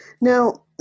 now